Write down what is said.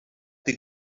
die